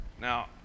Now